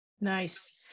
Nice